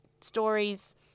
stories